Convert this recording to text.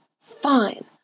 Fine